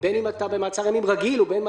בין אם אתה במעצר ימים רגיל ובין אם